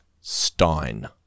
Stein